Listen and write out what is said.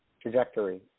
trajectory